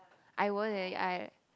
I won't leh I